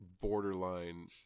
borderline